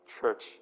church